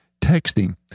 texting